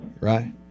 right